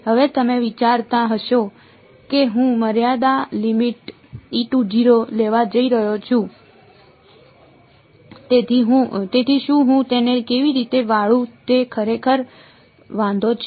હવે તમે વિચારતા હશો કે હું મર્યાદા લેવા જઈ રહ્યો છું તેથી શું હું તેને કેવી રીતે વાળું તે ખરેખર વાંધો છે